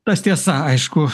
tas tiesa aišku